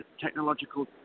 technological